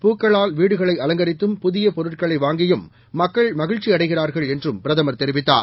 பூக்களால்வீடுகளைஅலங்கரித்தும் புதியபொருட்களைவாங்கியும்மக்கள்மகிழ்ச்சி அடைகிறார்கள்என்றும்பிரதமர்தெரிவித்தார்